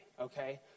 okay